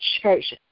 church